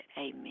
amen